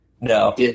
No